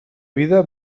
vida